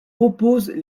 opposent